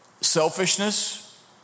selfishness